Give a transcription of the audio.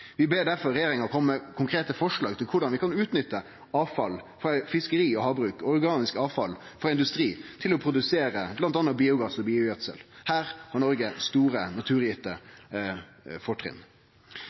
Vi ber derfor regjeringa kome med konkrete forslag til korleis vi kan utnytte avfall frå fiskeri og havbruk og organisk avfall frå industrien til å produsere bl.a. biogass og biogjødsel. Her har Noreg store naturgitte